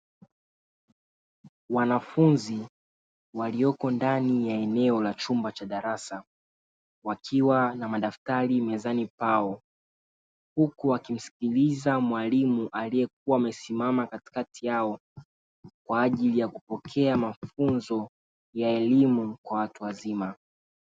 Wanafunzi walioko ndani ya eneo la chumba cha darasa wakiwa na madaftari mezani pao huku wakimsikiliza mwalimu aliyekuwa amesimama katikati yao kwa ajili ya kupokea mafunzo ya elimu kwa watu wazima.